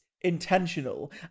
intentional